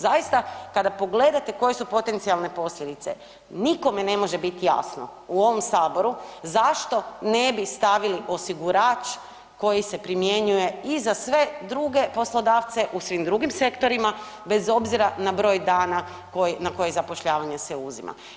Zaista kada pogledate koje su potencijalne posljedice, nikome ne može biti jasno u ovom saboru zašto ne bi stavili osigurač koji se primjenjuje i za sve druge poslodavce u svim drugim sektorima bez obzira na broj dana na koji zapošljavanje se uzima.